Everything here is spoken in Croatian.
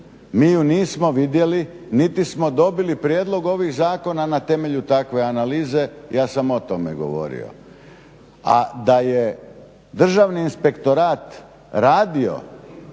Mi je nismo vidjeli, niti smo dobili prijedlog ovih zakona na temelju takve analize. Ja sam o tome govorio. A da je Državni inspektorat radio